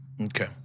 Okay